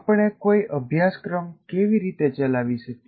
આપણે કોઈ અભ્યાસક્રમ કેવી રીતે ચલાવી શકીએ